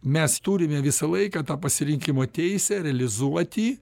mes turime visą laiką tą pasirinkimo teisę realizuoti